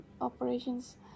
operations